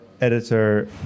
editor